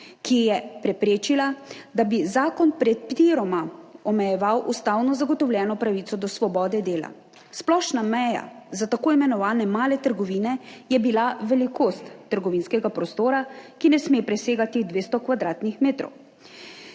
ki je preprečila, da bi zakon pretirano omejeval ustavno zagotovljeno pravico do svobode dela. Splošna meja za tako imenovane male trgovine je bila velikost trgovinskega prostora, ki ne sme presegati 200 kvadratnih metrov,